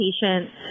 patients